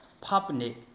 public